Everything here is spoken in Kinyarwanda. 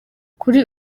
kuri